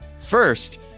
First